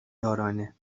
یارانه